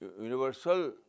universal